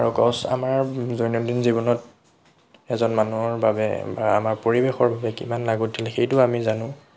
আৰু গছ আমাৰ দৈনন্দিন জীৱনত এজন মানুহৰ বাবে বা আমাৰ পৰিৱেশৰ বাবে কিমান লাগতিয়াল সেইটো আমি জানো